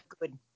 good